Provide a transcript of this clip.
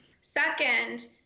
Second